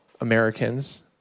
Americans